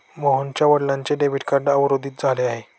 मोहनच्या वडिलांचे debit card अवरोधित झाले आहे